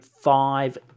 five